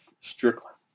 Strickland